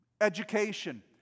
education